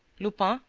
lupin,